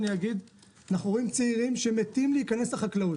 אנחנו רואים צעירים שמתים להיכנס לחקלאות.